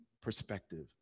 perspective